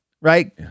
Right